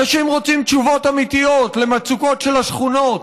אנשים רוצים תשובות אמיתיות על המצוקות של השכונות,